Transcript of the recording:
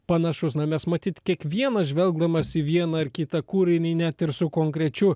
panašus na mes matyt kiekvienas žvelgdamas į vieną ar kitą kūrinį net ir su konkrečiu